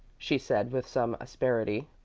she said, with some asperity.